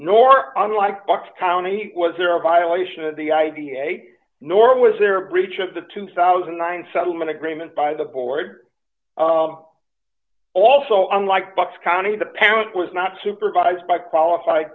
nor unlike bucks county was there a violation of the ideate nor was there a breach of the two thousand and nine settlement agreement by the board also unlike bucks county the parent was not supervised by qualified